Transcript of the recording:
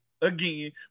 Again